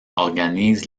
organise